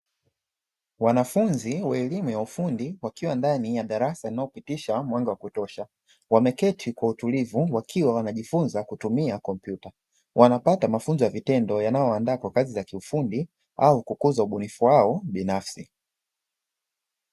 Wanafunzi wa elimu ya ufundi wakiwa ndani ya darasa linalopitisha mwanga wa kutosha, wameketi kwa utulivu wakiwa wanajifunza kutumia kompyuta. Wanapata mafunzo ya vitendo yanayowaandaa kwa kazi za kiufundi au kukuza ubunifu wao binafsi.